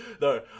No